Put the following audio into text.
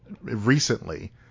recently